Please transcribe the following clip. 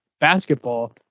basketball